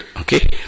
okay